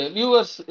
Viewers